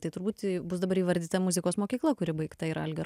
tai turbūt bus dabar įvardyta muzikos mokykla kuri baigta yra algio